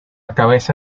cabeza